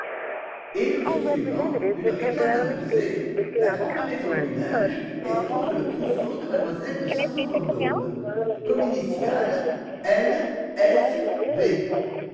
et le jour suivant une réclame annonçait la grande maison de linge expose le trousseau de m lle de sarzeau vendôme comme initiales l s